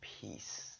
peace